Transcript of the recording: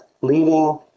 leading